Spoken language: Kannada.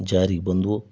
ಜಾರಿಗೆ ಬಂದವು